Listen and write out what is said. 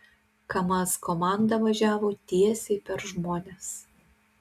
kamaz komanda važiavo tiesiai per žmones